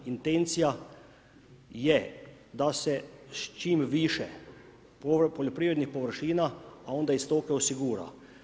Intencija je da se čim više poljoprivrednih površina a onda i stoke osigura.